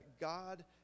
God